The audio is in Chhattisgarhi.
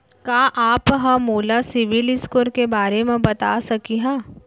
का आप हा मोला सिविल स्कोर के बारे मा बता सकिहा?